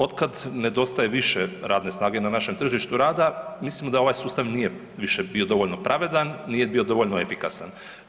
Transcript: Od kad nedostaje više radne snage na našem tržištu rada mislim da ovaj sustav nije više bio dovoljno pravedan, nije bio dovoljno efikasan.